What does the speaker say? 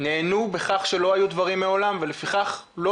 נענו בכך שלא היו דברים מעולם ולפיכך לא